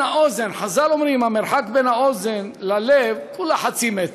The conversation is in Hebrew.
חז"ל אומרים, המרחק בין האוזן ללב כולה חצי מטר,